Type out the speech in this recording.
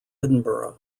edinburgh